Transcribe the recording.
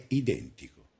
identico